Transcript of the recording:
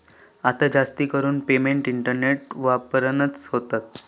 आता जास्तीकरून payment internet वापरानच होतत